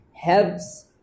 helps